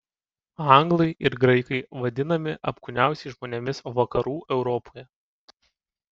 anglai ir graikai vadinami apkūniausiais žmonėmis vakarų europoje